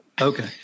Okay